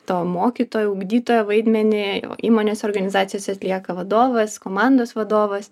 to mokytojo ugdytojo vaidmenį įmonėse organizacijose atlieka vadovas komandos vadovas